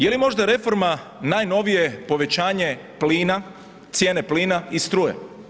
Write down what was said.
Je li možda reforma, najnovije povećanje plina, cijene, plina i struje?